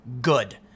Good